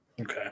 Okay